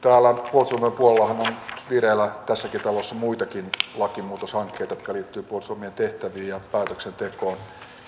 puolustusvoimien puolellahan on nyt vireillä tässäkin talossa muitakin lakimuutoshankkeita jotka liittyvät puolustusvoi mien tehtäviin ja päätöksentekoon